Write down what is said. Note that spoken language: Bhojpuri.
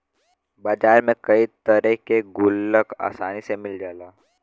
बाजार में कई तरे के गुल्लक आसानी से मिल जाला